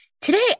Today